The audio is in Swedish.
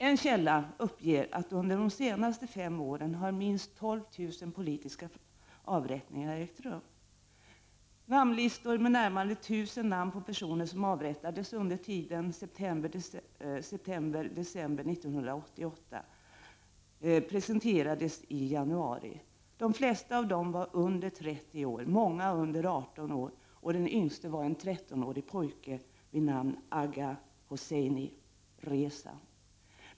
En källa uppger att under de senaste fem månaderna har minst 12 000 politiska avrättningar ägt rum. Namnlistor med närmare 1000 namn på personer som avrättats under tiden september-december 1988 har i dagarna presenterats — de flesta under 30 år, många under 18 år och den yngste en 13-årig pojke vid namn Agha Hosseini Reza.